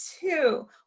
two